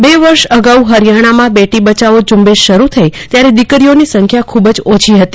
બે વર્ષ અગાઉ હરિયાણામાં બેટી બચાવો સ઼ંબેશ શરૂ થઇ ત્યારે દિકરીઓની સંખ્યા ખૂબ જ ઓછી હતી